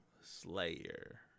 Slayer